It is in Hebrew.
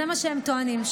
זה מה שהם טוענים,